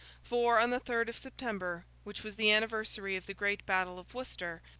for on the third of september, which was the anniversary of the great battle of worcester,